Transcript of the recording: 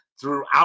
throughout